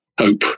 hope